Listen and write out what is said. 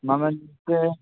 ꯃꯃꯟꯁꯦ